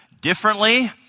differently